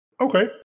Okay